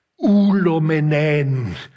Ulomenen